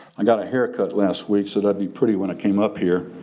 i got a haircut last week so that i'd be pretty when it came up here.